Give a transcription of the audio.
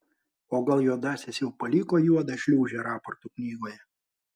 o gal juodasis jau paliko juodą šliūžę raportų knygoje